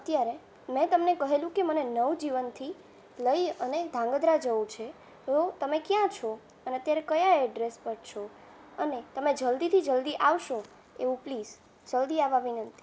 અત્યારે મેં તમને કહેલું કે મને નવજીવનથી લઈ અને ધ્રાંગધ્રા જવું છે તો તમે ક્યાં છો અને અત્યારે કયા એડ્રેસ પર છો અને તમે જલ્દીથી જલ્દી આવશો એવું પ્લીઝ જલ્દી આવવા વિનંતી